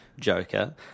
Joker